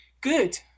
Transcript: good